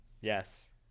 Yes